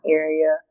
area